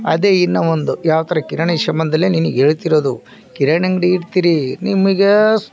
ಅದೇ ಇನ್ನು ಒಂದು ಯಾವ್ತರ ಕಿರಾಣಿ ಸಂಬಂಧಲ್ಲಿ ನಿನ್ಗೆ ಹೇಳ್ತಿರೋದು ಕಿರಾಣಿ ಅಂಗಡಿ ಇಡ್ತಿರಿ ನಿಮಗೆ